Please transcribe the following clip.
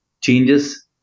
changes